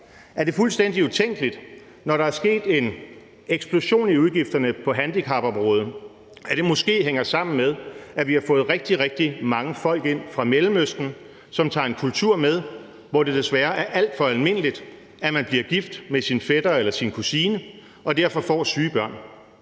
Er det fuldstændig utænkeligt, at når der er sket en eksplosion i udgifterne på handicapområdet, hænger det måske sammen med, at vi har fået rigtig, rigtig mange folk ind fra Mellemøsten, som tager en kultur med, hvor det desværre er alt for almindeligt, at man bliver gift med sin fætter eller sin kusine og derfor får syge børn?